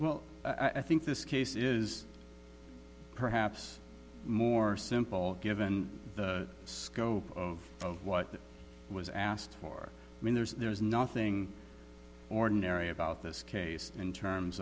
well i think this case is perhaps more simple given the scope of what was asked for i mean there's nothing ordinary about this case in terms